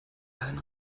allen